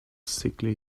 sickly